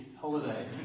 holiday